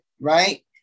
right